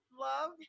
love